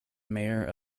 mayor